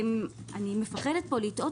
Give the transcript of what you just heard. מתוך 2 מיליארד.